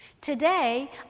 Today